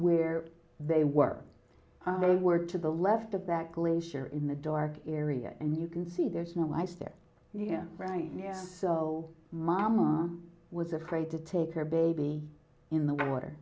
where they were they were to the left of that glacier in the dark area and you can see there's no ice there right now so mamma was afraid to take her baby in the water